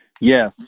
Yes